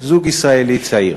זוג ישראלי צעיר: